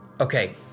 Okay